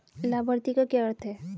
लाभार्थी का क्या अर्थ है?